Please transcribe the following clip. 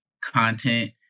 content